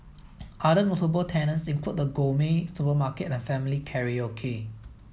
other notable tenants include a gourmet supermarket and family karaoke